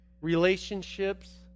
relationships